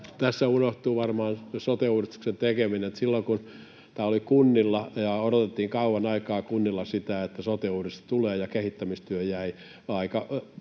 Tässä unohtuu varmaan sote-uudistuksen tekeminen. Silloin, kun tämä oli kunnilla, niin odotettiin kauan aikaa kunnilla sitä, että sote-uudistus tulee, ja kehittämistyö jäi aika